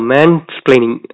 Mansplaining